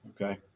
okay